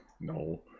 No